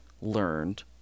learned